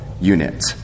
unit